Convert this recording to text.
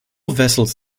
vessels